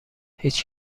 هیچ